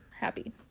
happy